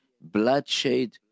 bloodshed